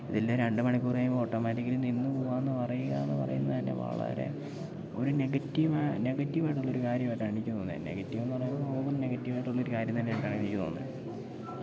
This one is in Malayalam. ഇതെല്ലാം രണ്ട് മണിക്കൂർ കഴിയുമ്പോൾ ഓട്ടോമാറ്റിക്കലി നിന്നു പോകായെന്ന് പറയുകയെന്ന് പറയുന്നതു തന്നെ വളരെ ഒരു നെഗറ്റീവാണ് നെഗറ്റീവായിട്ടുള്ളൊരു കാര്യമായിട്ടാണ് എനിക്ക് തോന്നുന്നത് നെഗറ്റീവെന്നു പറയുമ്പോൾ നമുക്ക് നെഗറ്റീവായിട്ടുള്ളൊരു കാര്യം തന്നെയായിട്ടാണ് എനിക്ക് തോന്നുന്നത്